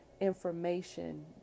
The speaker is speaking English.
information